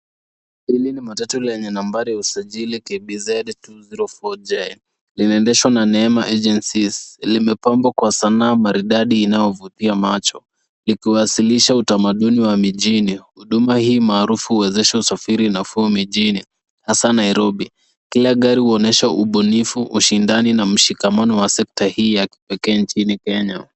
Hili ni matatu lenye nambari ya usajili KBZ 204J linaendeshwa na Neema Agencies limepembwa kwa sanaa maridadi unaovutia macho, likiwalisha utamadhuni wa mijini. Huduma ii maarufu uwezesha usafiri nafu mijini, haza Nairobi. Kila ngari uonyesha ubunifu ushindani na mshikamano wa sekta hii ya kipekee inchini Kenya.